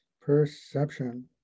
Perception